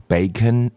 Bacon